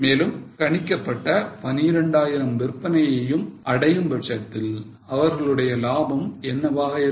மேலும் கணிக்கப்பட்ட 12000 விற்பனையை அடையும் பட்சத்தில் அவர்களுடைய லாபம் என்னவாக இருக்கும்